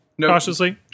Cautiously